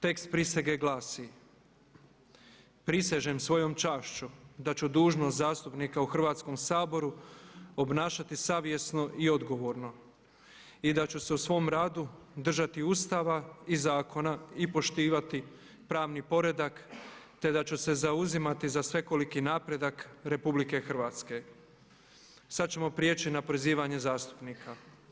Tekst prisege glasi: „Prisežem svojom čašću da ću dužnost zastupnik u Hrvatskom saboru obnašati savjesno i odgovorno i da ću se u svom radu držati Ustava i zakona i poštivati pravni poredak te da ću se zauzimati za svekoliki napredak Republike Hrvatske.“ Sad ćemo prijeći na prozivanje zastupnika.